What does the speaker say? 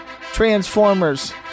transformers